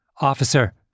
Officer